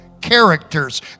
characters